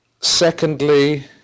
secondly